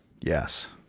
Yes